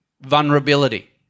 vulnerability